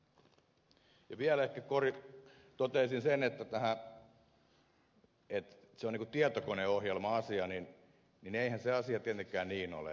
vielä ehkä toteaisin siitä että tämä olisi niin kuin tietokoneohjelma asia niin eihän se asia tietenkään niin ole